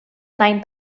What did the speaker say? nine